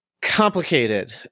complicated